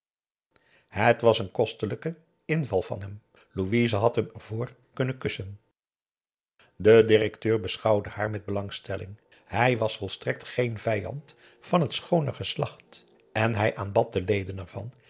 het was een kostelijke inval van hem louise had hem ervoor kunnen kussen de directeur beschouwde haar met belangstelling hij was volstrekt geen vijand van het schoone geslacht en hij aanbad de leden ervan